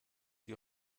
die